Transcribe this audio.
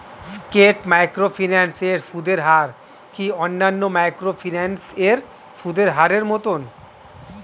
স্কেট microfinance এর সুদের হার কি অন্যান্য মাইক্রোফিন্যান্স এর সুদের হারের মতন?